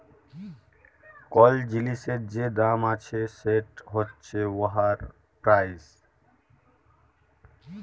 call জিলিসের যে দাম আছে সেট হছে উয়ার পেরাইস